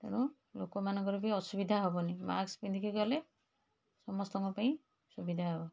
ତେଣୁ ଲୋକମାନଙ୍କର ବି ଅସୁବିଧା ହବନି ମାସ୍କ୍ ପିନ୍ଧିକି ଗଲେ ସମସ୍ତଙ୍କ ପାଇଁ ସୁବିଧା ହବ